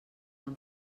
han